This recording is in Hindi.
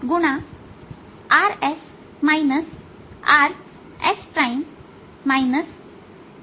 यह 2यह 4 है